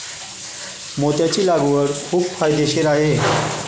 मोत्याची लागवड खूप फायदेशीर आहे